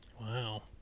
Wow